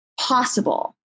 possible